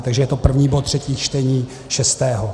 Takže je to první bod, třetí čtení, šestého.